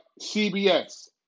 CBS